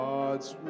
God's